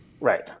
Right